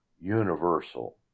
universal